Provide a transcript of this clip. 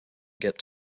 get